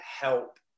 help